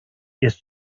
erst